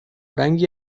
رنگی